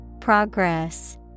Progress